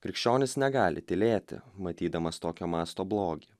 krikščionys negali tylėti matydamas tokio masto blogį